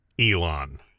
Elon